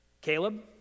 Caleb